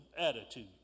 attitude